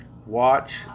Watch